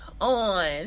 on